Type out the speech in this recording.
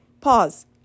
Pause